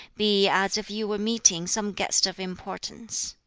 be as if you were meeting some guest of importance.